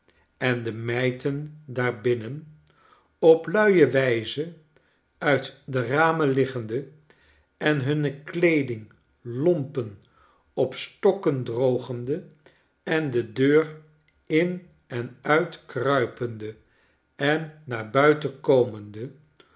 en de mijten daarbinnen op luie wijze uit de ramen liggende en hunne kleeding lompen op stokken drogende en de deur in en uitkruipende en naar buiten komende